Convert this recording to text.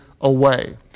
away